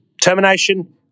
termination